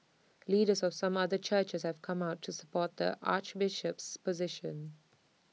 leaders of some other churches have come out to support the Archbishop's position